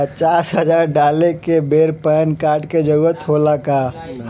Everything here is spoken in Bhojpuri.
पचास हजार डाले के बेर पैन कार्ड के जरूरत होला का?